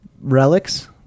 relics